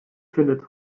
findet